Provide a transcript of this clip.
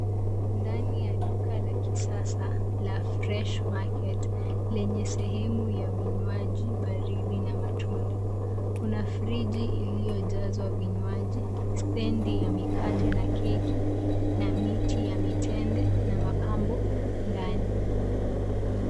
Ndani ya duka la kisasa la fresh market lenye sehemu ya vinywaji baridi na matunda. Kuna friji iliyojazwa vinywaji, stendi ya mikate na keki na miti ya mitende na mapambo ndani.